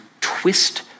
twist